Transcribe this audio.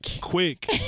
quick